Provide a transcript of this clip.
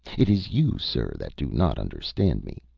it is you, sir, that do not understand me.